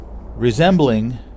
resembling